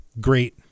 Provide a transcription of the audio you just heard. great